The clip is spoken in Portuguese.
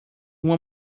uma